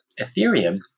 Ethereum